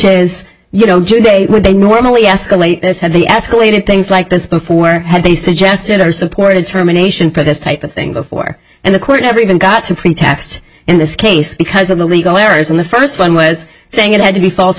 is you know jew they would they normally escalate this had the escalated things like this before had they suggested or supported terminations for this type of thing before and the court never even got to pretax in this case because of the legal errors in the first one was saying it had to be false or